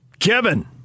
Kevin